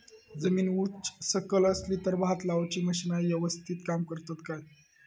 जमीन उच सकल असली तर भात लाऊची मशीना यवस्तीत काम करतत काय?